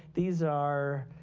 these are